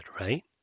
right